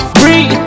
free